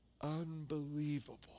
unbelievable